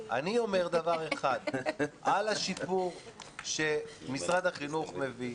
אני אומר דבר אחד על השיפור שמשרד החינוך מביא,